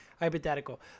Hypothetical